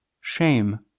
shame